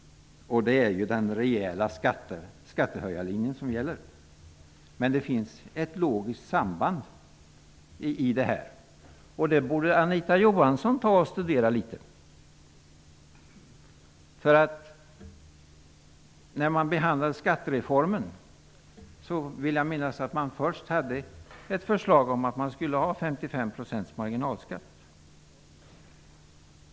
Det är den rejäla skattehöjarlinjen som gäller, men det finns ett logiskt samband, vilket Anita Johansson borde studera. Jag vill minnas att man när man behandlade skattereformen först hade ett förslag om 55 % marginalskatt.